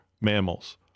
mammals